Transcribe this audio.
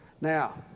Now